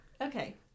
Okay